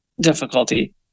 difficulty